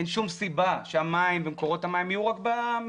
אין שום סיבה שהמים ומקורות המים יהיו רק מסביב.